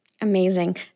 amazing